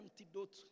antidote